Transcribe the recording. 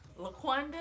LaQuanda